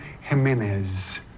Jimenez